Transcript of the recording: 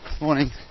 morning